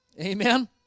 Amen